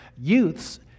youths